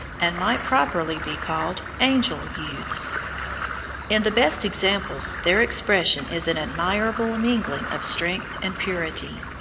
and might properly be called angel-youths. in the best examples their expression is an admirable mingling of strength and purity.